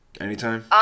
anytime